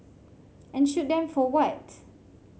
and shoot them for what